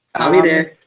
i'll be there.